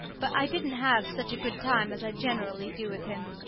but i didn't have such a good time as i generally do with him.